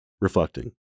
Reflecting